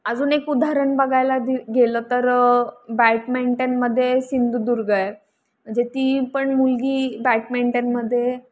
अजून एक उदाहरण बघायला दि गेलं तर बॅटमिंटनमध्ये सिंधुदुर्ग आहे म्हणजे ती पण मुलगी बॅटमिंटनमध्ये